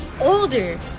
older